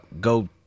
go